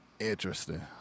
Interesting